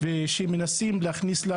ושזה גם מפגיעה בחקיקה מוסדרת בתוך הכנסת,